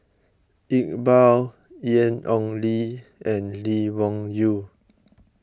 Iqbal Ian Ong Li and Lee Wung Yew